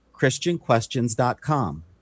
christianquestions.com